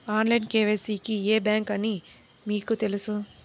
Online KYC కి ఏ bank అని మీకు తెలుసా?